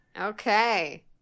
Okay